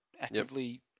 actively